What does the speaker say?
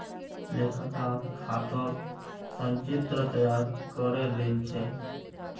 लेखाकार खातर संचित्र तैयार करे लील छ